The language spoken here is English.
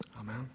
Amen